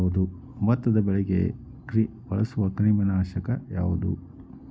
ಭತ್ತದ ಬೆಳೆಗೆ ಬಳಸುವ ಕ್ರಿಮಿ ನಾಶಕ ಯಾವುದು?